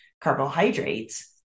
carbohydrates